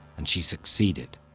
and she succeeded.